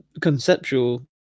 conceptual